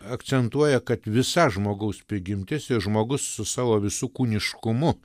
akcentuoja kad visa žmogaus prigimtis ir žmogus su savo visu kūniškumu